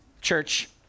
Church